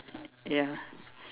ya